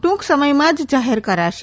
ટૂંક સમયમાં જ જાહેર કરાશે